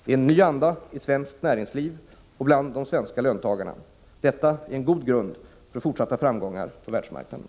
Det är en ny anda i svenskt näringsliv och bland de svenska löntagarna. Detta är en god grund för fortsatta framgångar på världsmarknaden.